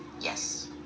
yes